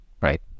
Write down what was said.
Right